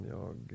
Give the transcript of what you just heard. jag